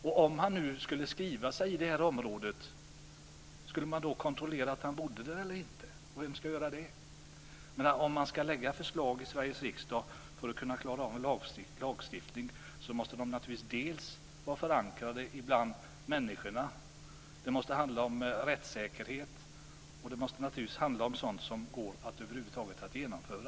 Och om han skulle skriva sig i området, skulle man då kontrollera om han bor där eller inte? Vem ska göra det? Ska man lägga fram förslag i Sveriges riksdag för att klara av en lagstiftning måste de naturligtvis vara förankrade bland människorna. Det måste handla om rättssäkerhet. Det måste naturligtvis också handla om sådant som över huvud taget går att genomföra.